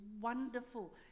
wonderful